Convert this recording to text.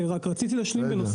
רציתי להעלות את נושא